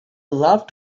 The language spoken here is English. loved